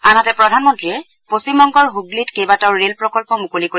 আনহাতে প্ৰধানমন্নীয়ে পশ্চিমবংগৰ হুগলিত কেইবাটাও ৰেল প্ৰকল্প মুকলি কৰিব